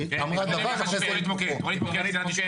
אמרה דבר ואחרי זה היפוכו -- יאיר חברוני אמר כאן בדיון הקודם,